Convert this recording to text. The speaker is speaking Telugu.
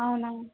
అవునా